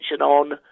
on